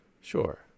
sure